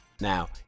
Now